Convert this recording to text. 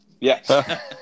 Yes